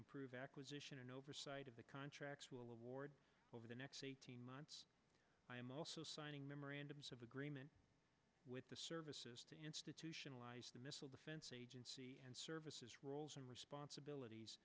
improve acquisition and oversight of the contracts will award over the next eighteen months i am also signing memorandum of agreement with the services institutionalize the missile defense agency and services roles and responsibilities